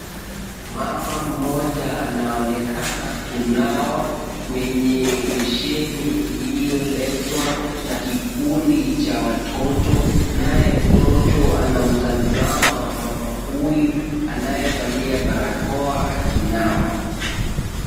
Mama mmoja anaonekana kunawa kwenye besheni, iliyoletwa na kikundi cha watoto, naye mtoto anamtazama mama huyu, anayevalia barakoa akinawa.